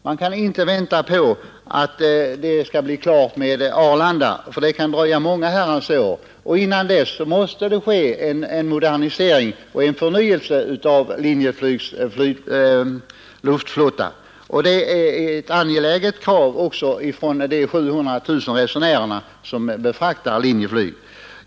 Man kan inte vänta på att det skall bli klart med Arlanda, eftersom det kan dröja många år, och innan dess måste det ske en modernisering och förnyelse av Linjeflygs luftflotta. Det är ett angeläget krav också från de 700 000 resenärer som Linjeflyg befordrar.